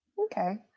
Okay